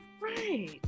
right